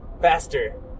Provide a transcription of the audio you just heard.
Faster